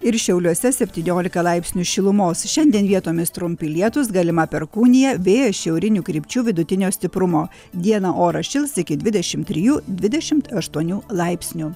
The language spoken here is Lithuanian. ir šiauliuose septyniolika laipsnių šilumos šiandien vietomis trumpi lietūs galima perkūnija vėjas šiaurinių krypčių vidutinio stiprumo dieną oras šils iki dvidešim trijų dvidešim aštuonių laipsnių